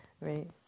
Right